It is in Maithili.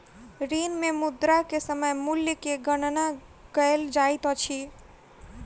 ऋण मे मुद्रा के समय मूल्य के गणना कयल जाइत अछि